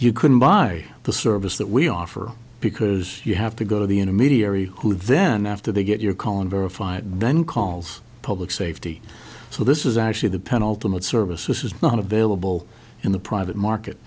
you couldn't buy the service that we offer because you have to go to the intermediary who then after they get your column verified then calls public safety so this is actually the penultimate service this is not available in the private market